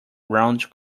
round